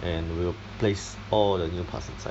and we will place all the new parts inside